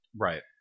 Right